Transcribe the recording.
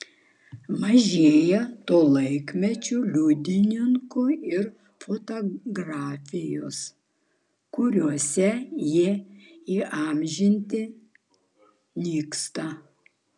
mažėja to laikmečio liudininkų ir fotografijos kuriuose jie įamžinti nyksta